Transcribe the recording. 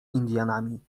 indianami